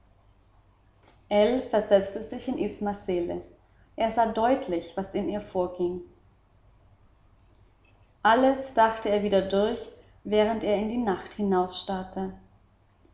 versetzte sich in ismas seele er sah deutlich was in ihr vorging alles dachte er wieder durch während er in die nacht